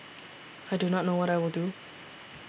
I do not know what I will do